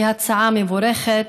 היא הצעה מבורכת.